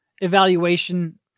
evaluation